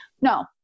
No